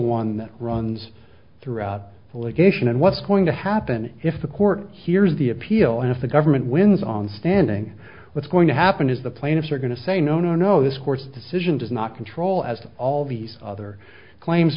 that runs throughout the legation and what's going to happen if the court hears the appeal and if the government wins on standing what's going to happen is the plaintiffs are going to say no no no this court's decision does not control as all these other claims